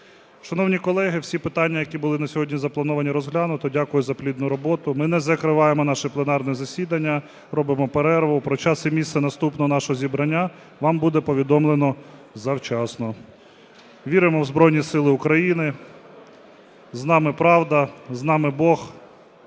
Шановні колеги, всі питання, які були на сьогодні заплановані, розглянуті. Дякую за плідну роботу. Ми не закриваємо наше пленарне засідання, робимо перерву. Про час і місце наступного нашого зібрання вам буде повідомлено завчасно. Віримо у Збройні Сили України. З нами правда, з нами Бог.